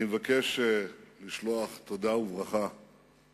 אני מבקש לשלוח תודה וברכה